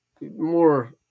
more